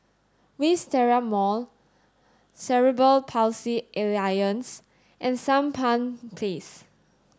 Wisteria Mall Cerebral Palsy Alliance and Sampan Place